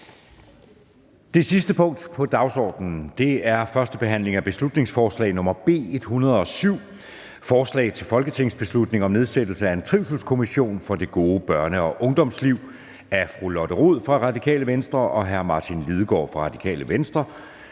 Det sidste punkt på dagsordenen er: 12) 1. behandling af beslutningsforslag nr. B 107: Forslag til folketingsbeslutning om nedsættelse af en trivselskommission for det gode børne- og ungdomsliv. Af Lotte Rod (RV) og Martin Lidegaard (RV).